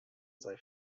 sei